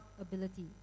ability